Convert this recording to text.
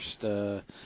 first